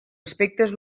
aspectes